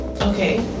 Okay